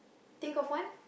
think of one